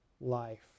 life